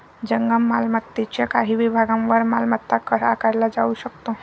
जंगम मालमत्तेच्या काही विभागांवर मालमत्ता कर आकारला जाऊ शकतो